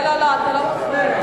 לא לא לא, אתה לא מפריע לו.